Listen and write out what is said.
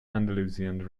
andalusian